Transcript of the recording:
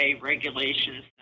regulations